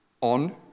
on